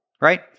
Right